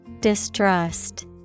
Distrust